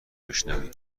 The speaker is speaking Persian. بشنوی